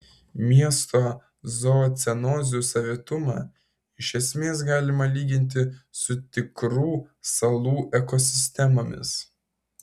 miesto zoocenozių savitumą iš esmės galima lyginti su tikrų salų ekosistemomis